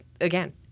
again